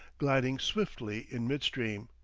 gliding swiftly in midstream.